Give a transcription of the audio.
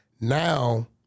Now